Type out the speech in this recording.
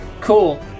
Cool